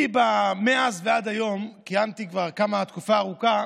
מאז ועד היום כיהנתי כבר תקופה ארוכה